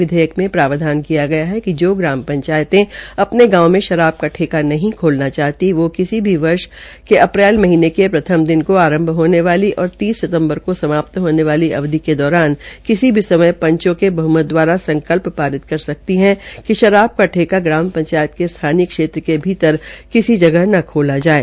विधेयक के प्रावधान किया गया है कि जो ग्रा पंचायतें अपने गांव में शराब का ठेका नहीं खोलना चाहती वे किसी भी वर्ष के अप्रैल महीनें के प्रथम दिन को आरंभ होने वाली और तीस सितम्बर को समाप्त होने वाली अवधि के दौरान किसी भी समय पंचों के दवारा संकल्प पारित कर सकती है कि शराब का ठेका ग्राम बहमत पंचायत के स्थानीय क्षेत्र के भीतर किसी जगह न खोला जाये